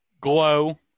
Glow